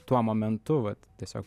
tuo momentu vat tiesiog